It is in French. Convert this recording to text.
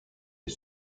est